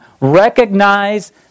Recognize